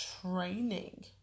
training